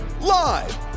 live